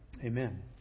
Amen